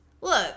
Look